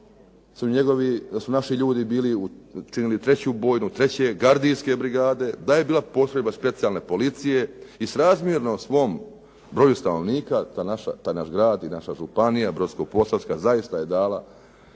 da su naši ljudi činili 3. bojnu 3.Gardijske brigade, da je bila postrojba Specijalne policije i srazmjerno svom broju stanovnika taj naš grad i naša županija Brodsko-posavska zaista je dala